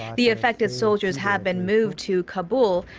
the affected soldiers have been moved to kabul.